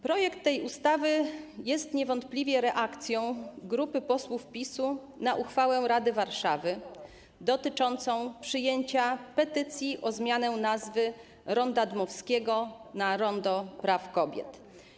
Projekt tej ustawy jest niewątpliwie reakcją grupy posłów PiS-u na uchwałę rady Warszawy dotyczącą przyjęcia petycji o zmianę nazwy ronda Dmowskiego na rondo Praw Kobiet.